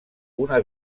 una